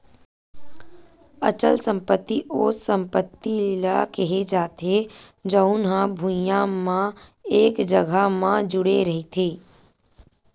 अचल संपत्ति ओ संपत्ति ल केहे जाथे जउन हा भुइँया म एक जघा म जुड़े रहिथे